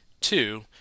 Two